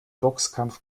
boxkampf